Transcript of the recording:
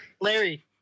Larry